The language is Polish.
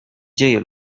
dzieje